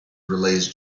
relays